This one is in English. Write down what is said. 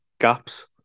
gaps